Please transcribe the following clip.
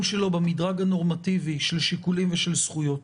שלו במדרג הנורמטיבי של שיקולים ושל זכויות.